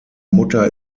mutter